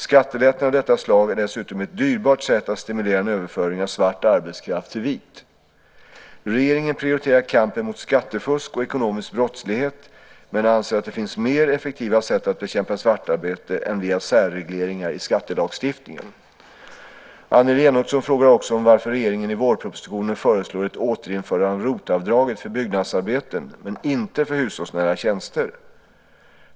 Skattelättnader av detta slag är dessutom ett dyrbart sätt att stimulera en överföring av svart arbetskraft till vit. Regeringen prioriterar kampen mot skattefusk och ekonomisk brottslighet men anser att det finns mer effektiva sätt att bekämpa svartarbete än via särregleringar i skattelagstiftningen. Annelie Enochson frågar också varför regeringen i vårpropositionen föreslår ett återinförande av ROT-avdraget för byggnadsarbeten men inte för hushållsnära tjänster.